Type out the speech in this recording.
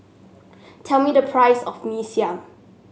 tell me the price of Mee Siam